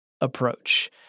approach